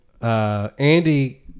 Andy